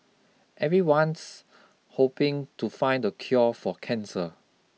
everyone's hoping to find the cure for cancer